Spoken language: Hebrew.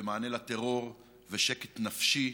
ומענה לטרור ושקט נפשי,